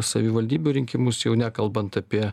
savivaldybių rinkimus jau nekalbant apie